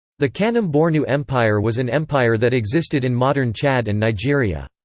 the kanem-bornu empire was an empire that existed in modern chad and nigeria.